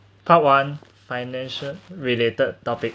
part one financial related topic